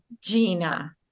Gina